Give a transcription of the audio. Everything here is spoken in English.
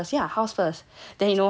then you know house first